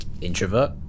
Introvert